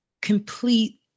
Complete